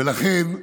ולכן,